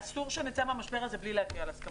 אסור שנצא מהמשבר הזה מבלי להגיע להסכמות.